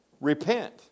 repent